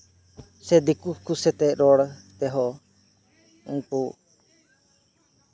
ᱥᱮ ᱫᱤᱠᱩ ᱠᱚ ᱥᱟᱛᱮᱜ ᱨᱚᱲ ᱛᱮᱦᱚᱸ ᱩᱱᱠᱩ